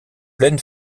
pleine